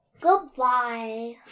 Goodbye